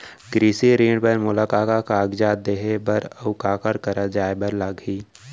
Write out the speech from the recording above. कृषि ऋण बर मोला का का कागजात देहे बर, अऊ काखर करा जाए बर लागही?